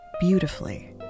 beautifully